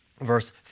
Verse